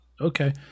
Okay